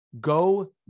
Go